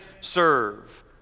serve